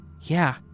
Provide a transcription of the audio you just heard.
Yeah